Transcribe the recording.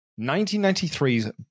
1993's